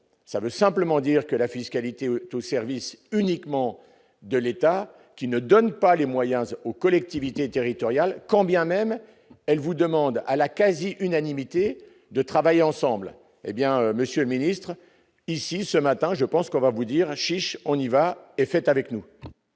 ça veut simplement dire que la fiscalité auto service uniquement de l'État qui ne donne pas les moyens aux collectivités territoriales, quand bien même elle vous demande à la quasi-unanimité de travailler ensemble, hé bien Monsieur le ministre ici ce matin, je pense qu'on va vous dire chiche, on y va et fait avec nous.